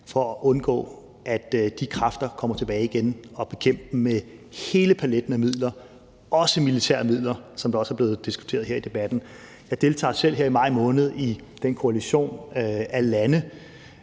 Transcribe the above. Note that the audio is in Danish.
for at undgå, at de kræfter kommer tilbage igen, og bekæmpe dem med hele paletten af midler, også militære midler, som det også er blevet diskuteret her i debatten. Jeg deltager selv her i maj måned i et møde i koalitionen af lande,